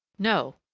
no!